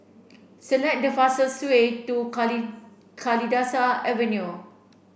select the fastest way to Kalidasa Avenue